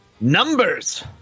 numbers